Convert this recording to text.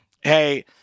hey